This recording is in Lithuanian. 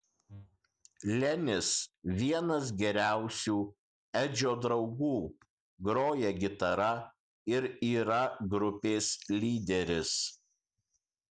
lenis vienas geriausių edžio draugų groja gitara ir yra grupės lyderis